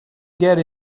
get